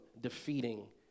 defeating